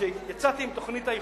כשיצאתי עם תוכנית האיחוד,